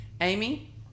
Amy